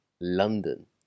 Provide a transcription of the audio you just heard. London